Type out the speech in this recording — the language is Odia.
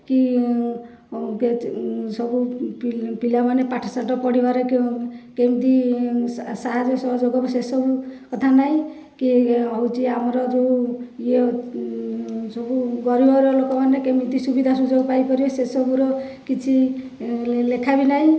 କି ସବୁ ପିଲାମାନେ ପାଠଶାଠ ପଢ଼ିବାରେ କେମିତି ସାହାଯ୍ୟ ସହଯୋଗ ହେବ ସେସବୁ କଥା ନାହିଁ କି ହେଉଛି ଆମର ଯେଉଁ ଇଏ ସବୁ ଗରିବଘର ଲୋକମାନେ କେମିତି ସୁବିଧା ସୁଯୋଗ ପାଇପାରିବେ ସେଇସବୁର କିଛି ଲେଖା ବି ନାହିଁ